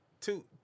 two